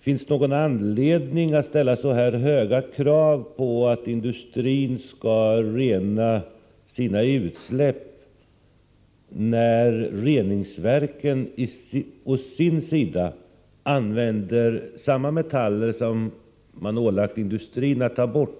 Finns det någon anledning att ställa så här höga krav på att industrin skall rena sina utsläpp när reningsverken å sin sida i reningsproces sen använder samma metaller som man ålagt industrin att ta bort?